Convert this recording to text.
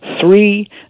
Three